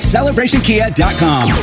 CelebrationKia.com